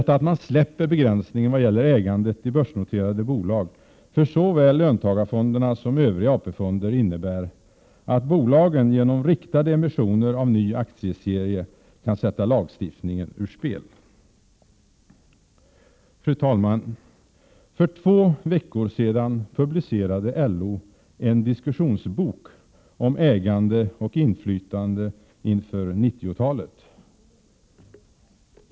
Att man släpper begränsningen i vad gäller ägandet i börsnoterade bolag för såväl löntagarfonderna som övriga AP-fonder innebär att bolagen genom riktade emissioner av ny aktieserie kan sätta lagstiftningen ur spel. Fru talman! För två veckor sedan publicerade LO en diskussionsbok om ägande och inflytande inför 90-talet.